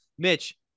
Mitch